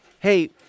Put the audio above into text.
Hey